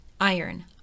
iron